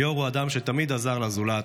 ליאור הוא אדם שתמיד עזר לזולת,